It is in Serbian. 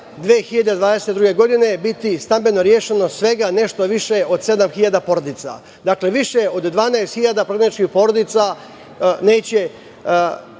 2022. godine biti stambeno rešeno svega nešto više od 7.000 porodica. Dakle, više od 12.000 prognanih porodica neće